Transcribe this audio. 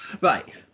Right